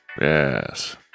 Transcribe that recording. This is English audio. Yes